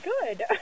good